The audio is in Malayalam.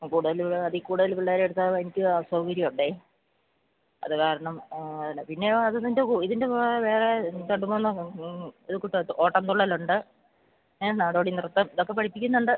ആ കൂടുതൽ അതിൽ കൂടുതൽ പിള്ളേരെ എടുത്താൽ എനിക്ക് അസൗകര്യം ഉണ്ട് അത് കാരണം ആ അതല്ല പിന്നെയോ അത് നിന്റെ ഇതിന്റെ കൂടെ വേറെ രണ്ട് മൂന്ന് മൂന്ന് ഇതുകൂട്ട് ഓട്ടന്തുള്ളലുണ്ട് നാടോടിനൃത്തം ഇതൊക്കെ പഠിപ്പിക്കുന്നുണ്ട്